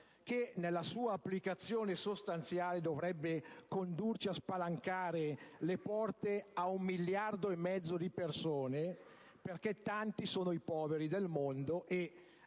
che nella sua applicazione sostanziale dovrebbe condurci a spalancare le porte a un miliardo e mezzo di persone, perché tanti sono i poveri del mondo, e